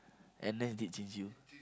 N_S did change you